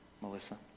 Melissa